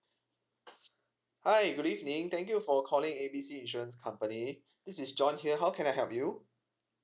hi good evening thank you for calling A B C insurance company this is john here how can I help you